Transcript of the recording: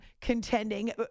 contending